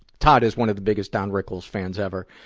todd is one of the biggest don rickles fans ever.